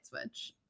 switch